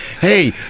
Hey